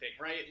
right